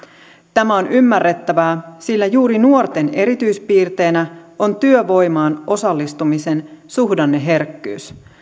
tämä on ymmärrettävää sillä juuri nuorten erityispiirteenä on työvoimaan osallistumisen suhdanneherkkyys